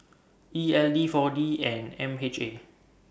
E L D four D and M H A